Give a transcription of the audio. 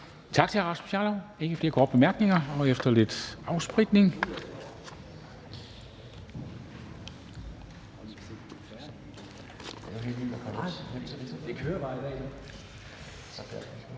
Tak til hr. Rasmus Jarlov. Der er ikke flere korte bemærkninger. Og efter lidt afspritning